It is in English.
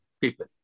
people